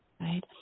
right